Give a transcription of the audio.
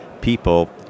people